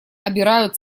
обирают